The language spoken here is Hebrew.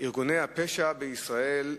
ארגוני הפשע בישראל.